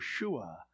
Yeshua